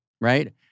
Right